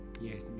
yes